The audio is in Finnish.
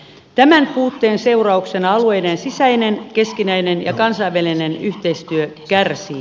tämän puutteen seurauksena alueiden sisäinen keskinäinen ja kansainvälinen yhteistyö kärsii